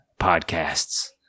podcasts